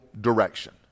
direction